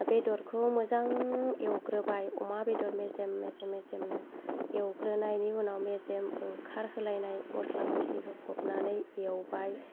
बेदरखौ मोजां एवग्रोबाय अमा बेदर मेजेम मेजेम मेजेमनो एवग्रोनायनि उनाव मेजेम ओंखारहोलायनाय मस्ला मस्लि होफबनानै एवबाय